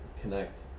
connect